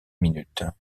minute